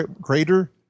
greater